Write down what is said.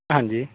ਹਾਂਜੀ